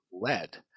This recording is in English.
lead